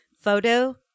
photo